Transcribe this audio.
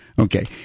Okay